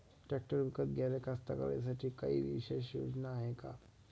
Tractor विकत घ्याले कास्तकाराइसाठी कायी विशेष योजना हाय का?